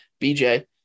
BJ